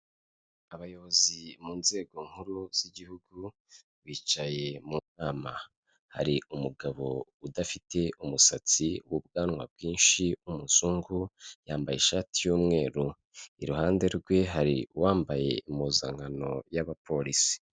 Abayobozi mu nzego nkuru z'igihugu bicaye mu nama, hari umugabo udafite umusatsi w'ubwanwa bwinshi w',umuzungu yambaye ishati y'umweru, iruhande rwe hari uwambaye impuzankano y'abapolisi.